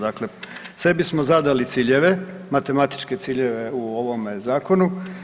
Dakle, sebi smo zadali ciljeve, matematičke ciljeve u ovome zakonu.